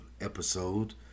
episode